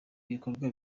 ibikorwa